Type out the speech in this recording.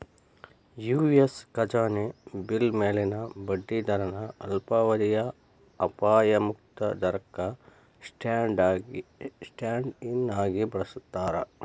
US ಖಜಾನೆ bill ಮ್ಯಾಲಿನ ಬಡ್ಡಿ ದರನ ಅಲ್ಪಾವಧಿಯ ಅಪಾಯ ಮುಕ್ತ ದರಕ್ಕ ಸ್ಟ್ಯಾಂಡ್ ಇನ್ ಆಗಿ ಬಳಸ್ತಾರ